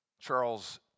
Charles